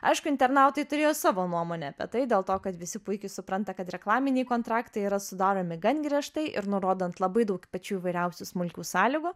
aišku internautai turėjo savo nuomonę apie tai dėl to kad visi puikiai supranta kad reklaminiai kontraktai yra sudaromi gan griežtai ir nurodant labai daug pačių įvairiausių smulkių sąlygų